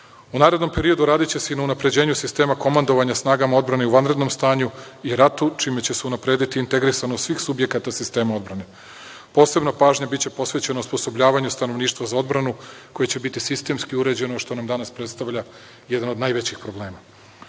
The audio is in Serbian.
narednom periodu radiće se i na unapređenju sistema komandovanja snagama odbrane i u vanrednom stanju i ratu, čime će se unaprediti integrisanost svih subjekata sistema odbrane. Posebna pažnja biće posvećena osposobljavanju stanovništva za odbranu koje će biti sistemski uređeno, što nam danas predstavlja jedan od najvećih problema. Radi